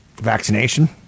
vaccination